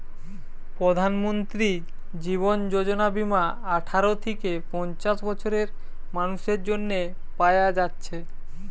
প্রধানমন্ত্রী জীবন যোজনা বীমা আঠারো থিকে পঞ্চাশ বছরের মানুসের জন্যে পায়া যাচ্ছে